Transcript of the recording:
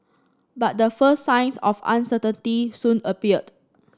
but the first signs of uncertainty soon appeared